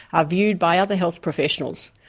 are viewed by other health professionals,